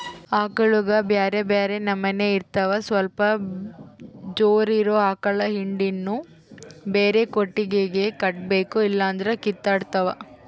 ಆಕಳುಗ ಬ್ಯೆರೆ ಬ್ಯೆರೆ ನಮನೆ ಇರ್ತವ ಸ್ವಲ್ಪ ಜೋರಿರೊ ಆಕಳ ಹಿಂಡನ್ನು ಬ್ಯಾರೆ ಕೊಟ್ಟಿಗೆಗ ಕಟ್ಟಬೇಕು ಇಲ್ಲಂದ್ರ ಕಿತ್ತಾಡ್ತಾವ